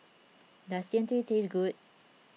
does Jian Dui taste good